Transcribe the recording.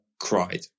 cried